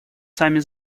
сами